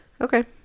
okay